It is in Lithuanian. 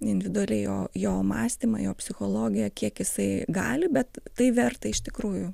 individualiai jo jo mąstymą jo psichologiją kiek jisai gali bet tai verta iš tikrųjų